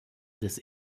des